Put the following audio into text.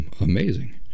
amazing